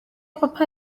papa